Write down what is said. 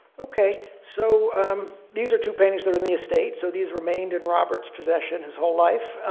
okay, so um these are two paintings that are in the estate. so these remained in robert's possession his whole life.